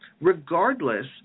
regardless